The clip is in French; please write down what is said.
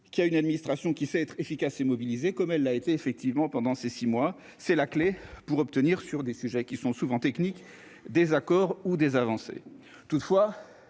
qui a une administration qui sait être efficace et comme elle l'a été, effectivement, pendant ces 6 mois, c'est la clé pour obtenir sur des sujets qui sont souvent technique désaccord ou des avancées